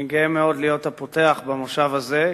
אני גאה מאוד להיות הפותח במושב הזה.